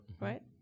Right